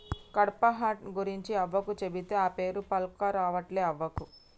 కడ్పాహ్నట్ గురించి అవ్వకు చెబితే, ఆ పేరే పల్కరావట్లే అవ్వకు